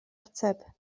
ateb